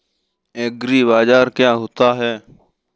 एग्रीबाजार क्या होता है?